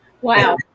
wow